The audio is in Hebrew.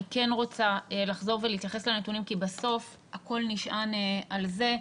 אני כן רוצה לחזור ולהתייחס לנתונים כי בסוף הכול נשען על זה.